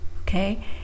okay